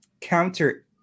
counter